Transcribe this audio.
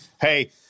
hey